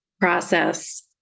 process